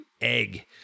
egg